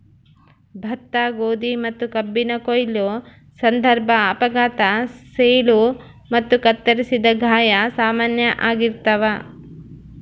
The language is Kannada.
ಭತ್ತ ಗೋಧಿ ಮತ್ತುಕಬ್ಬಿನ ಕೊಯ್ಲು ಸಂದರ್ಭ ಅಪಘಾತ ಸೀಳು ಮತ್ತು ಕತ್ತರಿಸಿದ ಗಾಯ ಸಾಮಾನ್ಯ ಆಗಿರ್ತಾವ